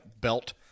belt